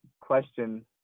question